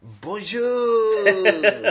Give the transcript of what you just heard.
Bonjour